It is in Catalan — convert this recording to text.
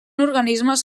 organismes